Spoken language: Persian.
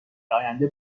آینده